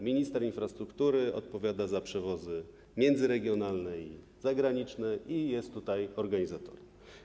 Minister infrastruktury odpowiada za przewozy międzyregionalne i zagraniczne i to tutaj jest on organizatorem.